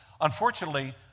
Unfortunately